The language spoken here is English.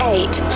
Eight